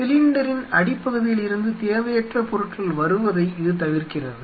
சிலிண்டரின் அடிப்பகுதியில் இருந்து தேவையற்ற பொருட்கள் வருவதை இது தவிர்க்கிறது